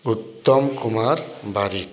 Uttam Kumar Barik